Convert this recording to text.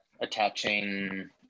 attaching